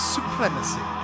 Supremacy